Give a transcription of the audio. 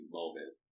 moment